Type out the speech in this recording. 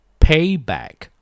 Payback